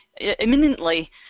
imminently